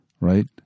right